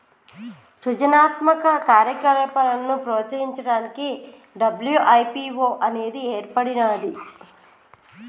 సృజనాత్మక కార్యకలాపాలను ప్రోత్సహించడానికి డబ్ల్యూ.ఐ.పీ.వో అనేది ఏర్పడినాది